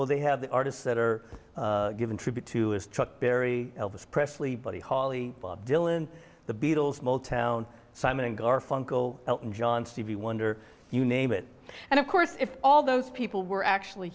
well they have the artists that are given tribute to his truck berry elvis presley buddy holly bob dylan the beatles motown simon and garfunkel elton john stevie wonder you name it and of course if all those people were actually